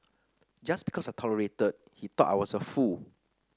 just because I tolerated he thought I was a fool